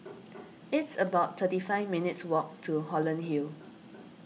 it's about thirty five minutes' walk to Holland Hill